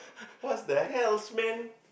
what's the hells man